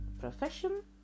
profession